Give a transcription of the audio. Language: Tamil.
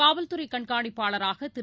காவல்துறைகண்காணிப்பாளராகதிரு